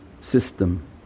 system